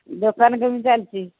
ଦୋକାନ କେମିତି ଚାଲିଛି